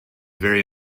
very